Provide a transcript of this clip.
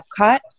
Epcot